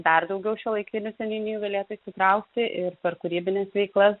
dar daugiau šiuolaikinių seniūnijų galėtų įsitraukti ir per kūrybines veiklas